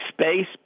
space